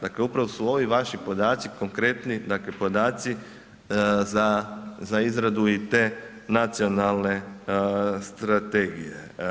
Dakle, upravo su ovi vaši podaci konkretni dakle podaci za izradu i te nacionalne strategije.